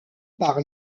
par